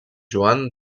joan